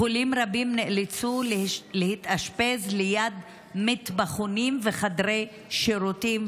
חולים רבים נאלצו להתאשפז ליד מטבחונים וחדרי שירותים,